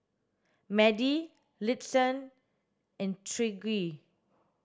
Madie Liston and Tyrique